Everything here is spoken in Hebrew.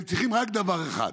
הם צריכים רק דבר אחד.